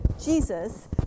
Jesus